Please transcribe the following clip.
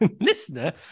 listener